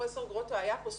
כשפרופסור גרוטו היה פה,